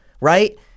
Right